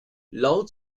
laut